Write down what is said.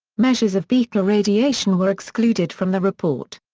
measures of beta radiation were excluded from the report.